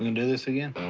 you know this again?